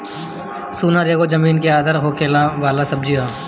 सुरन एगो जमीन के अंदर होखे वाला सब्जी हअ